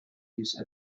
use